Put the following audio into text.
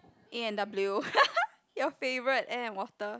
A-and-W your favourite air and water